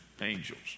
angels